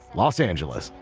los angeles.